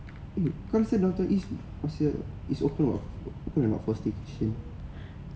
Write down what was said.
eh kau rasa down town east masih is open ah open or not for staycation